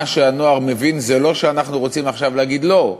מה שהנוער מבין זה לא שאנחנו רוצים עכשיו להגיד: לא,